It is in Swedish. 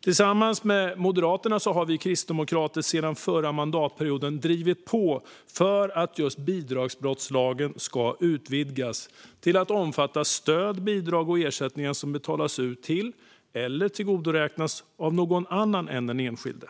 Tillsammans med Moderaterna har vi kristdemokrater sedan förra mandatperioden drivit på för att bidragsbrottslagen ska utvidgas till att omfatta stöd, bidrag och ersättningar som betalas ut till eller tillgodoräknas någon annan än den enskilde.